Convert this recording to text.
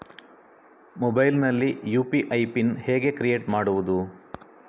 Mobile ನಲ್ಲಿ UPI PIN ಹೇಗೆ create ಮಾಡುವುದು?